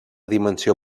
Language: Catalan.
dimensió